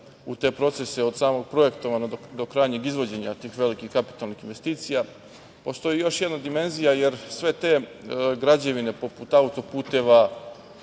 u te procesa od samog projektovanja do krajnjeg izvođenja tih velikih kapitalnih investicija. Postoji još jedna dimenzije, jer sve te građevine poput autoputeva,